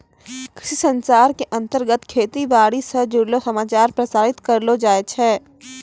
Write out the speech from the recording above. कृषि संचार के अंतर्गत खेती बाड़ी स जुड़लो समाचार प्रसारित करलो जाय छै